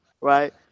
right